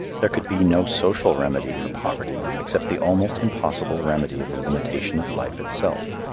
there could be no social remedy for poverty except the almost impossible remedy of the limitation of life itself.